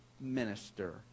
minister